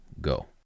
go